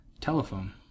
telephone